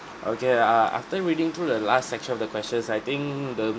okay err after reading through the last section of the questions I think the